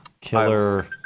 killer